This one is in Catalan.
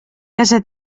casa